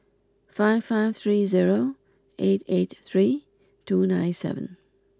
five five three zero eight eight three two nine seven